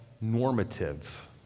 normative